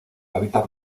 hábitat